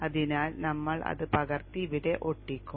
അതിനാൽ ഞങ്ങൾ അത് പകർത്തി ഇവിടെ ഒട്ടിക്കും